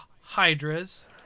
hydras